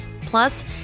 Plus